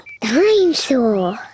Dinosaur